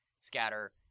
scatter